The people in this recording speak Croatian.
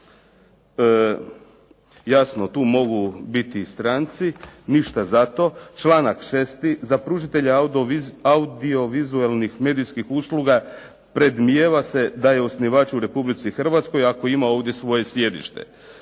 Jasno tu mogu biti stranci. Ništa zato. Članak 6. "Za pružatelja audiovizualnih medijskih usluga, predmnijeva se da je osnivač u Republici Hrvatskoj ako ima ovdje svoje sjedište".